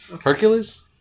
Hercules